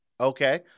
Okay